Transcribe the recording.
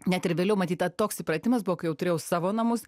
net ir vėliau matyt ta toks įpratimas buvo kai jau turėjau savo namus